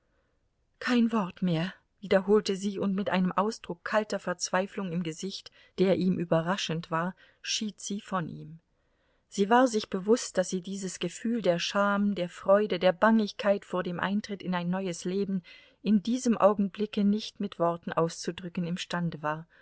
kein wort mehr wiederholte sie und mit einem ausdrucke kalter verzweiflung im gesicht der ihm überraschend war schied sie von ihm sie war sich bewußt daß sie dieses gefühl der scham der freude der bangigkeit vor dem eintritt in ein neues leben in diesem augenblicke nicht mit worten auszudrücken imstande war